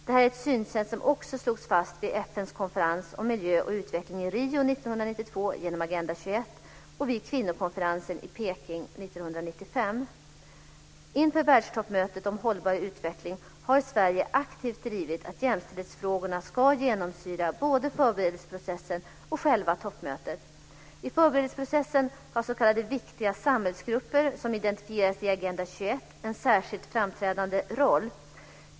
Detta är ett synsätt som också slogs fast vid FN:s konferens om miljö och utveckling i Rio 1992 genom Sverige aktivt drivit att jämställdhetsfrågorna ska genomsyra både förberedelseprocessen och själva toppmötet. I förberedelseprocessen har s.k. viktiga samhällsgrupper som identifieras i Agenda 21 en särskilt framträdande roll.